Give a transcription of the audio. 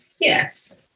Yes